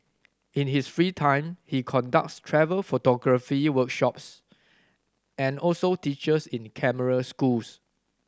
in his free time he conducts travel photography workshops and also teaches in camera schools